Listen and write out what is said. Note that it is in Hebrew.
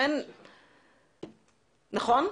נכון?